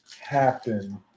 happen